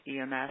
EMS